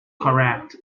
correct